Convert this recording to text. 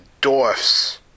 Dwarfs